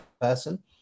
person